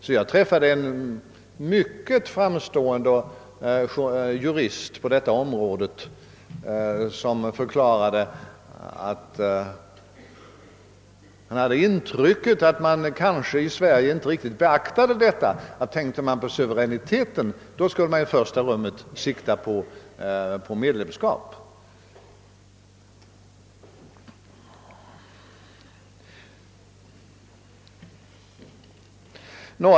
Jag har träffat en mycket framstående jurist på detta område som förklarat, att han hade det intrycket att man i Sverige kanske inte riktigt beaktade detta. Om man i Sverige tänkte på suveräniteten, skulle man i första rummet sikta till ett medlemskap.